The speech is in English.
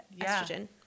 estrogen